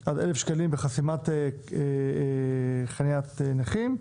אז 1,000 שקלים בחסימת חניית נכים.